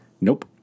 Nope